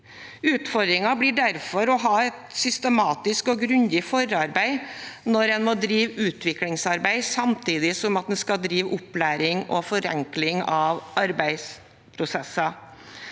Utfordringen blir derfor å ha et systematisk og grundig forarbeid når en må drive utviklingsarbeid, samtidig som en skal drive opplæring og forenkling av arbeidsprosesser.